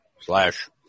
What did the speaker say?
Slash